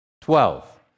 Twelve